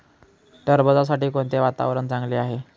टरबूजासाठी कोणते वातावरण चांगले आहे?